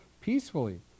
Peacefully